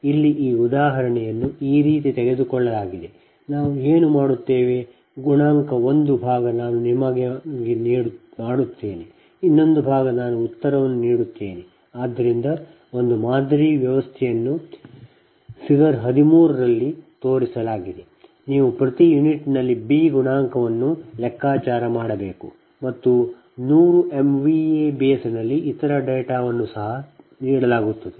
ಆದ್ದರಿಂದ ಇಲ್ಲಿ ಈ ಉದಾಹರಣೆಯನ್ನು ಈ ರೀತಿ ತೆಗೆದುಕೊಳ್ಳಲಾಗಿದೆ ನಾವು ಏನು ಮಾಡುತ್ತೇವೆ ಗುಣಾಂಕ ಒಂದು ಭಾಗ ನಾನು ನಿಮಗಾಗಿ ಮಾಡುತ್ತೇನೆ ಇನ್ನೊಂದು ಭಾಗ ನಾನು ಉತ್ತರವನ್ನು ನೀಡುತ್ತೇನೆ ಆದ್ದರಿಂದ ಒಂದು ಮಾದರಿ ವಿದ್ಯುತ್ ವ್ಯವಸ್ಥೆಯನ್ನು ಫಿಗರ್ 13 ರಲ್ಲಿ ತೋರಿಸಲಾಗಿದೆ ನೀವು ಪ್ರತಿ ಯೂನಿಟ್ನಲ್ಲಿ Bಬಿ ಗುಣಾಂಕವನ್ನು ಲೆಕ್ಕಾಚಾರ ಮಾಡಬೇಕು ಮತ್ತು 100 MVA ಬೇಸ್ನಲ್ಲಿ ಇತರ ಡೇಟಾವನ್ನು ಸಹ ನೀಡಲಾಗುತ್ತದೆ